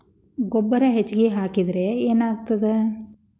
ಗೊಬ್ಬರ ಹೆಚ್ಚಿಗೆ ಹಾಕಿದರೆ ಏನಾಗ್ತದ?